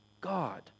God